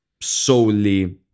solely